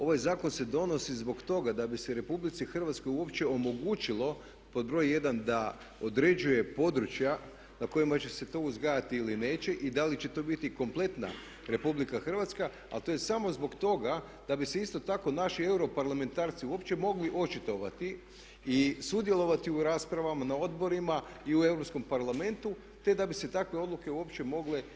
Ovaj zakon se donosi zbog toga da bi se RH uopće omogućilo pod broj 1. da određuje područja na kojima će se to uzgajati ili neće i da li će to biti kompletna RH ali to je samo zbog toga da bi se isto tako naši europarlamentarci uopće mogli očitovati i sudjelovati u raspravama na odborima i u Europskom parlamentu te da bi se takve odluke uopće mogle